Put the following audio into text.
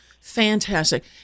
Fantastic